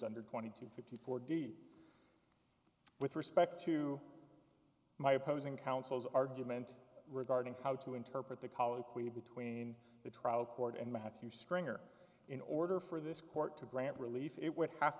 under twenty two fifty four d with respect to my opposing counsel's argument regarding how to interpret the colloquy between the trial court and matthew stringer in order for this court to grant relief it would have